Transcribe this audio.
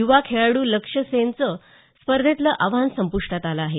युवा खेळाडू लक्ष्य सेनचं स्पर्धेतलं आव्हान संपुष्टात आलं आहे